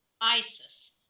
Isis